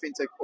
Fintech